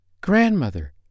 Grandmother